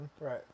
Right